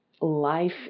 life